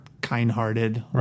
kind-hearted